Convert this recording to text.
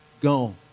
go